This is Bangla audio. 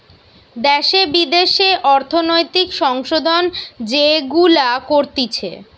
দ্যাশে বিদ্যাশে অর্থনৈতিক সংশোধন যেগুলা করতিছে